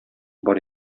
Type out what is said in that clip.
бар